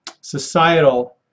societal